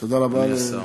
אדוני השר.